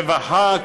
רווחה,